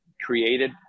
created